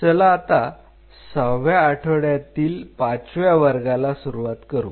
चला आता सहाव्या आठवड्यातील पाचव्या वर्गाला सुरुवात करू